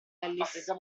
ellis